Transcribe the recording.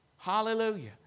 Hallelujah